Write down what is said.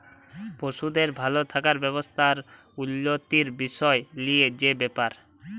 পশুদের ভাল থাকার ব্যবস্থা আর উল্যতির বিসয় লিয়ে যে ব্যাপার